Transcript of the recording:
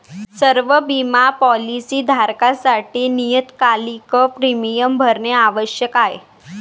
सर्व बिमा पॉलीसी धारकांसाठी नियतकालिक प्रीमियम भरणे आवश्यक आहे